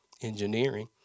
engineering